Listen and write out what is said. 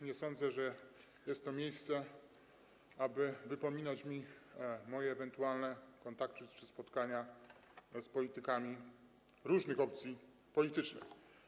Nie sądzę, że jest to miejsce, aby wypominać mi moje ewentualne kontakty czy spotkania z politykami różnych opcji politycznych.